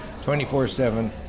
24-7